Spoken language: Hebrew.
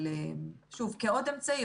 אבל, שוב, כעוד אמצעי.